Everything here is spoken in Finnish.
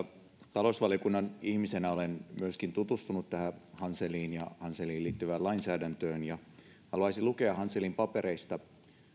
talousvaliokunnan ihmisenä olen myöskin tutustunut tähän hanseliin ja hanseliin liittyvään lainsäädäntöön ja haluaisin lukea hanselin papereista